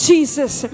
Jesus